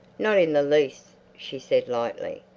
not in the least, she said lightly.